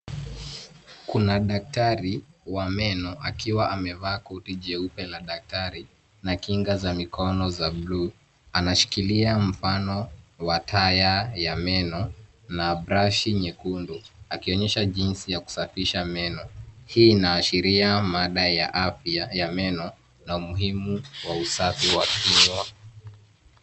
Kuna daktari wa meno akiwa amevaa koti jeupe la daktari na kinga za mikono za bluu. Anashikilia mfano wa taya ya meno na brush nyekundu akionyesha jinsi ya kusafisha meno. Hii inaashiria mada ya afya ya meno na umuhimu wa usafi wa kinywa.